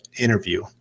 interview